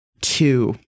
Two